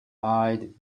eyed